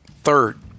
third